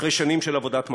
אחרי שנים של עבודת מטה.